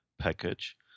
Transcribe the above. package